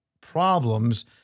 problems